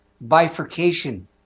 bifurcation